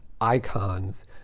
icons